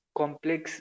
complex